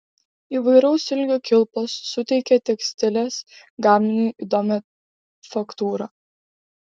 įvairaus ilgio kilpos suteikia tekstilės gaminiui įdomią faktūrą